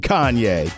Kanye